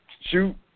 Shoot